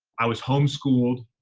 i was home-schooled.